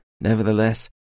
Nevertheless